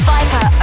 Viper